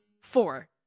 Four